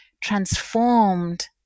transformed